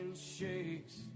shakes